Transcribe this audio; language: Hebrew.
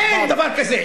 אין דבר כזה.